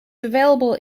available